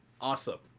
awesome